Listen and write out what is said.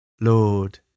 Lord